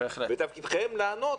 ותפקידכם הוא לענות,